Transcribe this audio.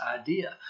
idea